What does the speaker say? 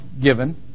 given